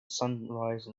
sunrise